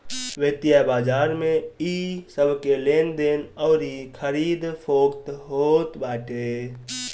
वित्तीय बाजार में इ सबके लेनदेन अउरी खरीद फोक्त होत बाटे